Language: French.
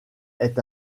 est